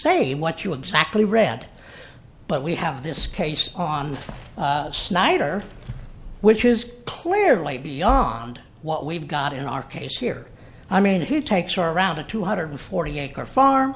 say what you exactly read but we have this case on snyder which is clearly beyond what we've got in our case here i mean he takes around a two hundred forty acre farm